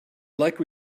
like